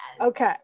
Okay